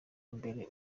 mbere